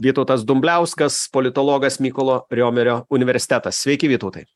vytautas dumbliauskas politologas mykolo riomerio universitetas sveiki vytautai